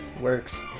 works